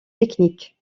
techniques